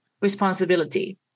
responsibility